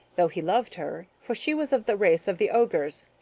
though he loved her, for she was of the race of the ogres,